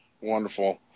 wonderful